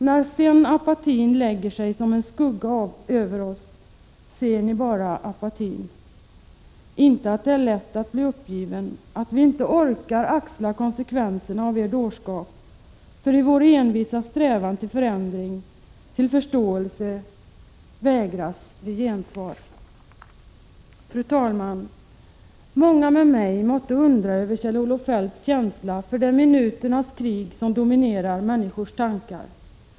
När sedan apatin lägger sig som en skugga över oss ser ni bara apatin, inte att det är lätt att bli uppgiven, att vi inte orkar axla konsekvenserna av er dårskap. För i vår envisa strävan till förändring, till förståelse vägras vi gensvar. Fru talman! Många med mig måtte undra över Kjell-Olof Feldts känsla för det minuternas krig som dominerar människors tankar.